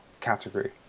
category